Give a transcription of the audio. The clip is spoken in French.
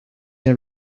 une